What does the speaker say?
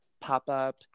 pop-up